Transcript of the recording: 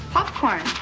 Popcorn